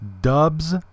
dubs